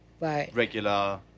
Regular